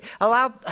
Allow